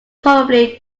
probably